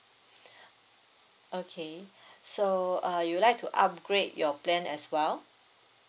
okay so uh you would like to upgrade your plan as well